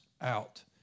out